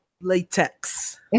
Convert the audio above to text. latex